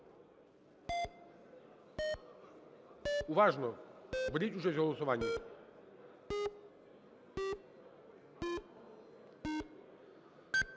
Уважно беріть участь у голосуванні.